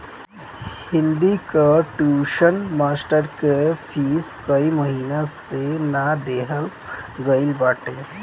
हिंदी कअ tuition master कअ fees कई महिना से ना देहल गईल बाटे